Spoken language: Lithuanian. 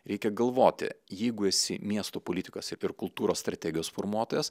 reikia galvoti jeigu esi miesto politikos ir kultūros strategijos formuotojas